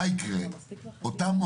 במקרים כאלה ועוד